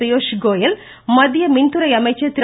பியூஷ் கோயல் மத்திய மின்துறை அமைச்சர் திரு